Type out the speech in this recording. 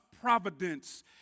providence